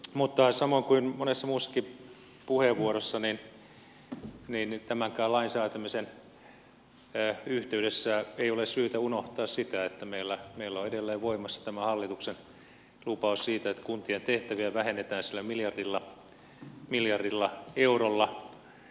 mutta samoin kuin monessa muussakin puheenvuorossa niin tämänkään lain säätämisen yhteydessä ei ole syytä unohtaa sitä että meillä on edelleen voimassa tämä hallituksen lupaus siitä että kuntien tehtäviä vähennetään sillä miljardilla eurolla